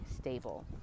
stable